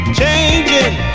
changing